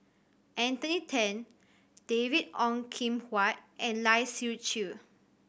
Anthony Then David Ong Kim Huat and Lai Siu Chiu